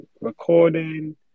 recording